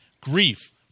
grief